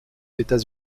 états